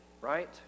right